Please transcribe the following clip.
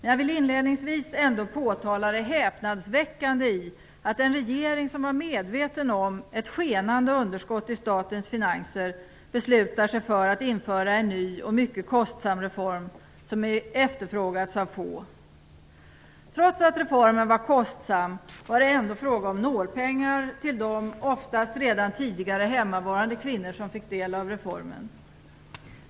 Jag vill inledningsvis ändå påtala det häpnadsväckande i att en regering som var medveten om ett skenande underskott i statens finanser beslutar sig för att införa en ny och mycket kostsam reform som efterfrågats av få. Trots att reformen var kostsam var det ändå fråga om nålpengar till dem oftast redan tidigare hemmavarande kvinnor som fick del av reformen.